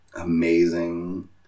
amazing